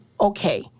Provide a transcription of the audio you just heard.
okay